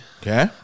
Okay